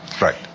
Right